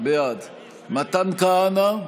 בעד מתן כהנא,